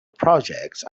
projects